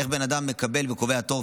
איך בן אדם מקבל וקובע תור,